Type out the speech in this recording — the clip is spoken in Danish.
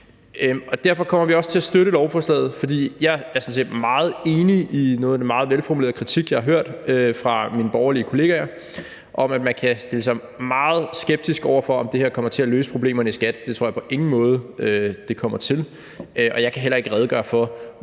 Derfor kommer vi også til at støtte lovforslaget. Jeg er sådan set meget enig i noget af den meget velformulerede kritik, jeg har hørt fra mine borgerlige kollegaer, om, at man kan stille sig meget skeptisk over for, om det her kommer til at løse problemerne i skatteforvaltningen. Det tror jeg på ingen måde det kommer til, og jeg kan heller ikke redegøre for,